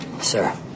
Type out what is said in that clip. sir